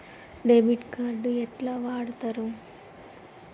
Debit card ఎట్లా వాడుతరు?